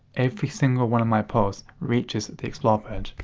every single one of my posts reaches the explore page.